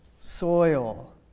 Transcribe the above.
soil